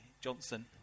Johnson